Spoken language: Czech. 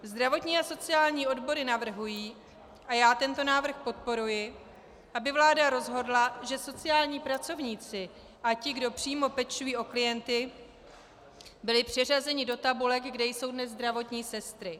Zdravotní a sociální odbory navrhují, a já tento návrh podporuji, aby vláda rozhodla, že sociální pracovníci a ti, kdo přímo pečují o klienty, byli přeřazeni do tabulek, kde jsou dnes zdravotní sestry.